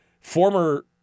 former